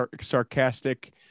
sarcastic